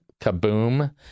Kaboom